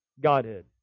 Godhead